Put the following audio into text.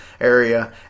area